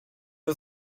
are